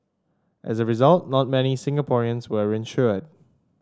as a result not many Singaporeans were insured